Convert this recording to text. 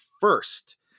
first